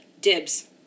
dibs